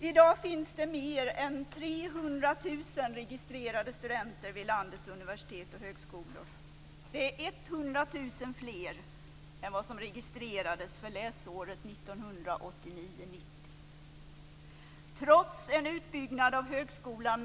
I dag finns det mer än 300 000 registrerade studenter vid landets universitet och högskolor.